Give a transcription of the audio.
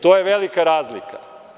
To je velika razlika.